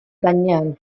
gainean